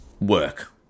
work